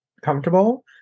comfortable